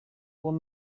will